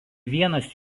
vienas